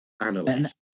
analyst